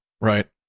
right